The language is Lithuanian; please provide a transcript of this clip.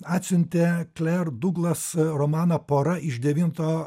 atsiuntė kler duglas romaną pora iš devinto